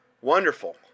Wonderful